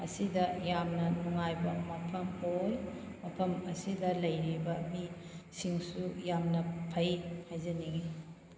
ꯑꯁꯤꯗ ꯌꯥꯝꯅ ꯅꯨꯡꯉꯥꯏꯕ ꯃꯐꯝ ꯑꯣꯏ ꯃꯐꯝ ꯑꯁꯤꯗ ꯂꯩꯔꯤꯕ ꯃꯤꯁꯤꯡꯁꯨ ꯌꯥꯝꯅ ꯐꯩ ꯍꯥꯏꯖꯅꯤꯡꯏ